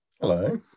Hello